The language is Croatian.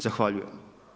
Zahvaljujem.